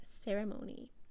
ceremony